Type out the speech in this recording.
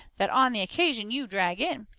that, on the occasion you drag in,